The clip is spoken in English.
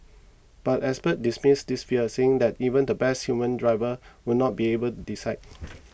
but experts dismiss this fear saying that even the best human driver would not be able decide